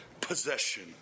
possession